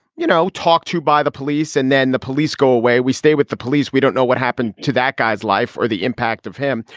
you know, talked to by the police and then the police go away. we stay with the police. we don't know what happened to that guy's life or the impact of him.